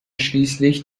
schließlich